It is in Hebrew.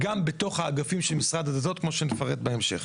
גם בתוך האגפים של משרד הדתות, כמו שנפרט בהמשך.